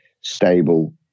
stable